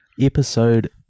episode